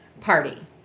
party